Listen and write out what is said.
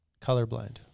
Colorblind